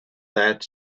that